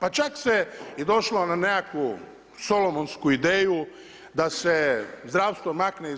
Pa čak se i došlo na nekakvu solomonsku ideju da se zdravstvo makne